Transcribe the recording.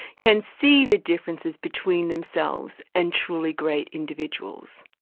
can see the differences between themselves and truly great individuals.